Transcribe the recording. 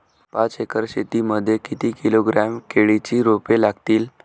पाच एकर शेती मध्ये किती किलोग्रॅम केळीची रोपे लागतील?